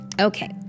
Okay